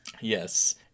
Yes